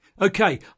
Okay